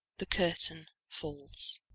the curtain falls.